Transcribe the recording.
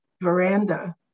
veranda